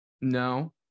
no